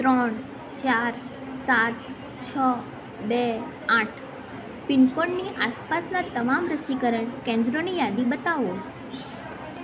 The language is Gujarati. ત્રણ ચાર સાત છ બે આઠ પિનકોડની આસપાસના તમામ રસીકરણ કેન્દ્રોની યાદી બતાવો